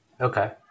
Okay